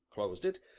closed it,